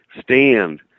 stand